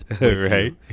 Right